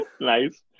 nice